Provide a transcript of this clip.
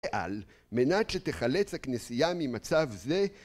על מנת שתחלץ הכנסייה ממצב זה,